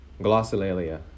Glossolalia